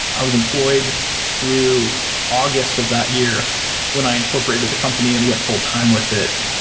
i was employed through august of that year when i incorporated the company and went full time with it.